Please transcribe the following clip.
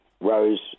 Rose